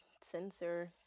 censor